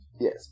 Yes